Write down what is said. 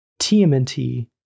TMNT